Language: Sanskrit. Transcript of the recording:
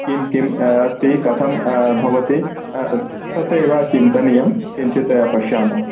किं अस्ति कथं भवति तत् एव चिन्तनीयं किञ्चित् पश्यामः